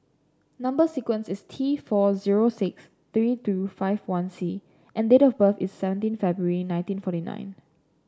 number sequence is T four zero six three two five one C and date of birth is seventeen February nineteen forty nine